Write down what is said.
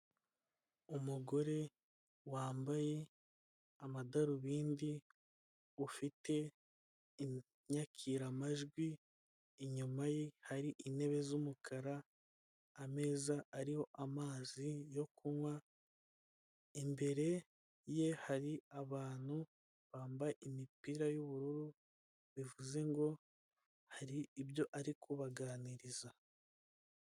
Umugore wambaye amadarubindi, ufite inyakiramajwi, inyuma ye hari intebe z'umukara, ameza ariho amazi yo kunywa, imbere ye hari abantu bambaye imipira y'ubururu, bivuze ngo hari ibyo ari kubaganiriza.